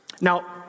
Now